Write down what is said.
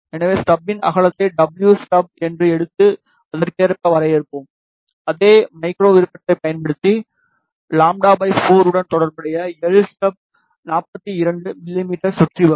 எனவே ஸ்டப்பின் அகலத்தை டபுள்யூ ஸ்டப் என்று எடுத்து அதற்கேற்ப வரையறுப்போம் அதே மைக்ரோ விருப்பத்தைப் பயன்படுத்தி λ 4 உடன் தொடர்புடைய எல் ஸ்டப் 42 மிமீ சுற்றி வரும்